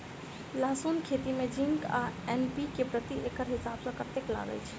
लहसून खेती मे जिंक आ एन.पी.के प्रति एकड़ हिसाब सँ कतेक लागै छै?